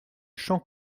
champ